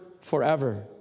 forever